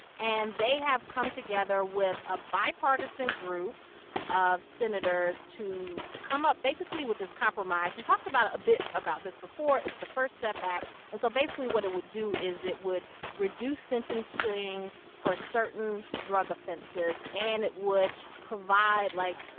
and they have come together with a bipartisan group of senators to come up basically with this compromise. we talked about a bit about this before. it's the first step back and so basically what it would do is it would reduce sentencing for certain drug offenses. and it would provide, like,